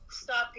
Stop